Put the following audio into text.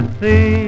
see